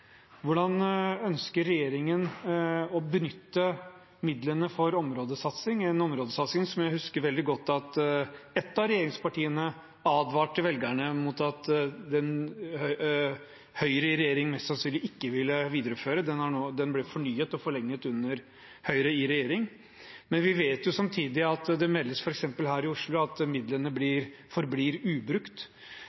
Hvordan ønsker regjeringen å benytte midlene for områdesatsing? Områdesatsingen husker jeg veldig godt at et av regjeringspartiene advarte velgerne mot at Høyre i regjering mest sannsynlig ikke ville videreføre. Den ble fornyet og forlenget under Høyre i regjering. Vi vet samtidig at det meldes, f.eks. her i Oslo, at midlene